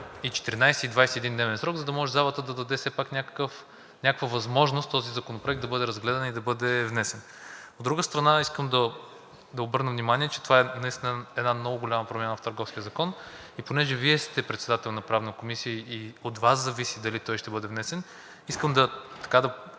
и 14- и 21-дневен срок, за да може залата да даде все пак някаква възможност този законопроект да бъде разгледан и да бъде внесен. От друга страна, искам да обърна внимание, че това наистина е една много голяма промяна в Търговския закон и понеже Вие сте председател на Правната комисия и от Вас зависи дали той ще бъде внесен, искам да изкажа